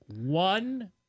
One